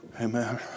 Amen